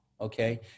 Okay